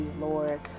Lord